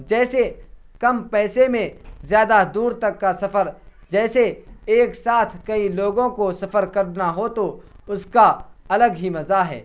جیسے کم پیسے میں زیادہ دور تک کا سفر جیسے ایک ساتھ کئی لوگوں کو سفر کرنا ہو تو اس کا الگ ہی مزہ ہے